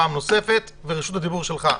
רשות הדיבור שלך.